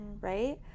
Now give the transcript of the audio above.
right